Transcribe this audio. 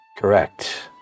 correct